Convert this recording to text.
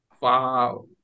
wow